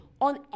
on